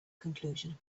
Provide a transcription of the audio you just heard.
conclusion